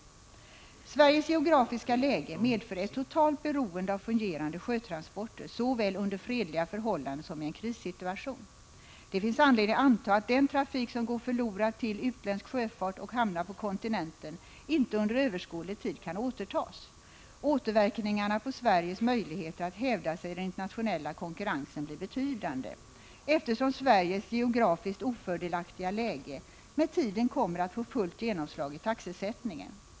1985/86:136 Sveriges geografiska läge medför ett totalt beroende av fungerande 7 maj 1986 sjötransporter såväl under fredliga förhållanden som i en krissituation. Det finns anledning anta att den trafik som går förlorad till utländsk sjöfart och hamnar på kontinenten inte under överskådlig tid kan återtas. Återverkningarna på Sveriges möjligheter att hävda sig i den internationella konkurrensen blir betydande, eftersom Sveriges geografiskt ofördelaktiga läge med tiden kommer att få fullt genomslag i taxesättningen.